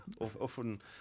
often